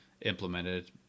implemented